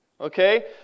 Okay